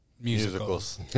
musicals